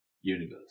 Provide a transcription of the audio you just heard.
universe